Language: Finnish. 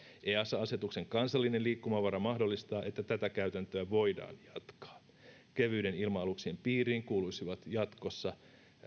easa asetuksen kansallinen liikkumavara mahdollistaa että tätä käytäntöä voidaan jatkaa kevyiden ilma aluksien piiriin kuuluisivat jatkossa